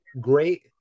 great